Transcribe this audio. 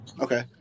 Okay